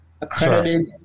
accredited